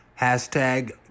Hashtag